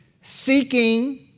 seeking